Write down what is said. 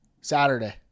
Saturday